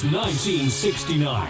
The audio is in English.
1969